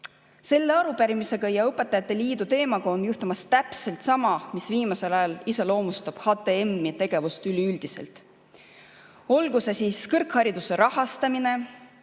Selle arupärimisega ja õpetajate liidu teemaga on juhtumas täpselt sama, mis viimasel ajal iseloomustab HTM‑i tegevust üleüldiselt. On see näiteks kõrghariduse rahastamine: